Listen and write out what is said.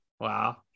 Wow